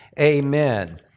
amen